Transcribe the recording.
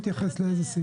נעם, לא ענית על זה.